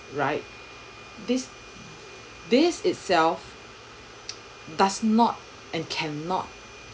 right this this itself doesn't and cannot